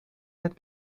het